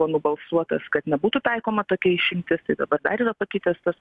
buvo nubalsuotas kad nebūtų taikoma tokia išimtis tai dabar dar yra pakitęs tas